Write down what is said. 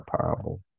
parable